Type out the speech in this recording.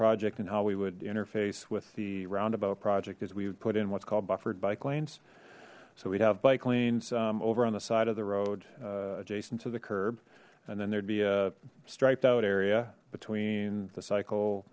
would interface with the roundabout project as we've put in what's called buffered bike lanes so we'd have bike lanes over on the side of the road adjacent to the curb and then there'd be a striped out area between the cycle